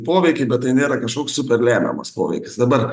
poveikį bet tai nėra kažkoks super lemiamas poveikis dabar